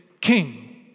king